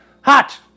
Hot